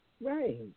Right